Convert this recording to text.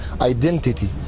identity